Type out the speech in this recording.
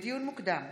לדיון מוקדם,